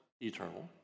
eternal